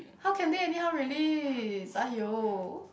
how can they anyhow release !aiyo!